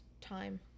time